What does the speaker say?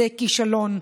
זה כישלון,